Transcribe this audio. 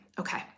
Okay